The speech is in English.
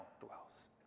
dwells